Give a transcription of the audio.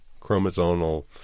chromosomal